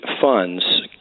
funds